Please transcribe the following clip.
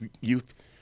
Youth